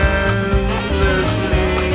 endlessly